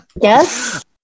Yes